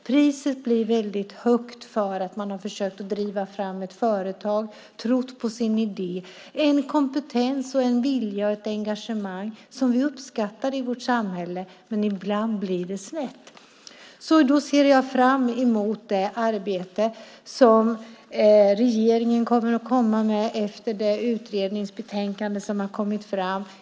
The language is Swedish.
Priset blir riktigt högt för att man har försökt driva ett företag och trott på sin idé. En kompetens, en vilja och ett engagemang är uppskattat i ett samhälle, men ibland blir det snett. Jag ser fram mot det som regeringen kommer att komma med efter utredningens betänkande.